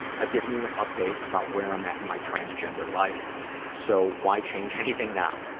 i've given you an update about where i'm at in my transgender life so why change anything now.